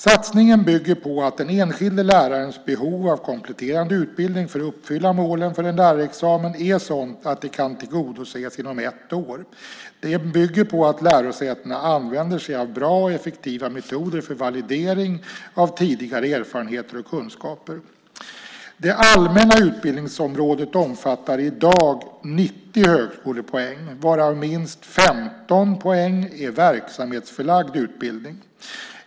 Satsningen bygger på att den enskilde lärarens behov av kompletterande utbildning för att uppfylla målen för en lärarexamen är sådant att det kan tillgodoses inom ett år. Den bygger på att lärosätena använder sig av bra och effektiva metoder för validering av tidigare erfarenheter och kunskaper. Det allmänna utbildningsområdet omfattar i dag 90 högskolepoäng, varav minst 15 högskolepoäng är verksamhetsförlagd utbildning.